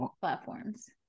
platforms